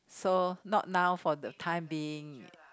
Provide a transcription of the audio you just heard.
so not now for the time being